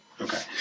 Okay